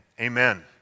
amen